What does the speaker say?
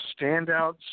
standouts